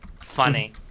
Funny